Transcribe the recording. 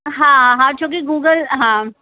हा हा छो कि गूगल हा